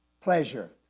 Pleasure